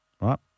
right